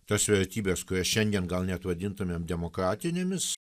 tas vertybes kurias šiandien gal net vadintumėm demokratinėmis